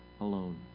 alone